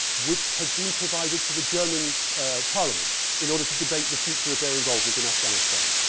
which had been provided to the german parliament in order to debate the future of their involvement in afghanistan.